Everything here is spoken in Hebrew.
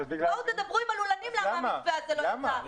אבל תדברו על הלולנים למה המתווה הזה לא יצא.